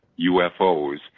UFOs